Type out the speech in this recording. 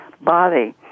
body